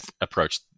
approach